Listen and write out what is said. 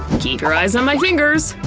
keep your eyes on my fingers.